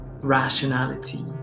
rationality